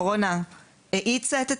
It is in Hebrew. הקורונה האיצה את התהליך,